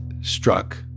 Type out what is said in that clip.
struck